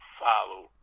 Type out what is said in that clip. follow